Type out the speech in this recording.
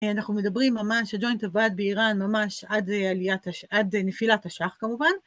אנחנו מדברים ממש, הג'וינט עבד באיראן ממש עד נפילת השח כמובן.